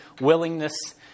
willingness